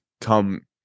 come